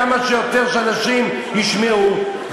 שכמה שיותר אנשים ישמעו,